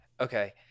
okay